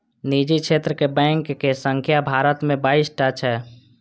निजी क्षेत्रक बैंक के संख्या भारत मे बाइस टा छै